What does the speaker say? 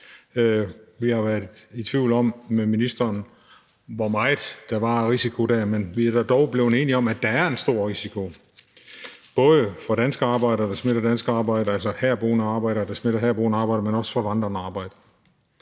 Vi har været i tvivl om med ministeren, hvor meget der var af risiko, men vi er dog blevet enige om, at der er en stor risiko, både for danske arbejdere, der smitter danske arbejdere, altså herboende arbejdere, der smitter herboende arbejdere, men også for vandrende arbejdere.